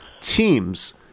teams